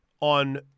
on